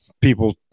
people